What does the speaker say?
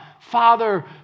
Father